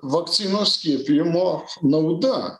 vakcinos skiepijimo nauda